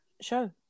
show